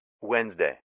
Wednesday